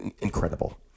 incredible